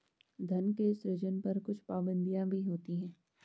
धन के सृजन पर कुछ पाबंदियाँ भी होती हैं